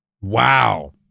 Wow